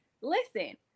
listen